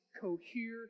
cohere